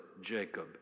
Jacob